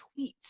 tweets